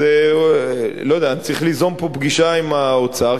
אני צריך ליזום פגישה עם האוצר,